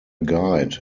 guide